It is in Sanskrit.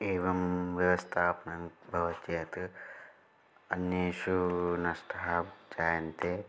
एवं व्यवस्थापनं भवति अतः अन्ये नष्टाः जायन्ते